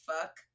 fuck